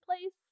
place